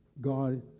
God